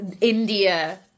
India